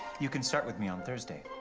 you can start with me on thursday.